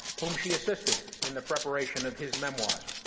whom she assisted in the preparation of his memoirs.